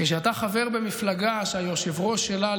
כשאתה חבר במפלגה שהיושב-ראש שלה,